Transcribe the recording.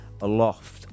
aloft